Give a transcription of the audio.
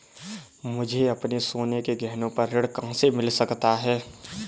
मुझे अपने सोने के गहनों पर ऋण कहाँ से मिल सकता है?